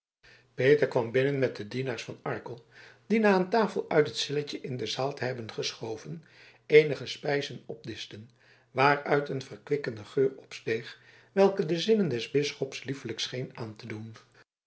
peter kwam binnen met de dienaars van arkel die na een tafel uit het celletje in de zaal te hebben geschoven eenige spijzen opdischten waaruit een verkwikkende geur opsteeg welke de zinnen des bisschops liefelijk scheen aan te doen